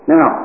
Now